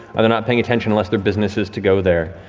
they're not paying attention unless their business is to go there.